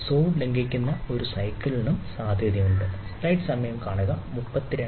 സോട് ലംഘിക്കുന്ന ഒരു സൈക്കിളിന് സാധ്യതയുണ്ട്